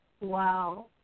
Wow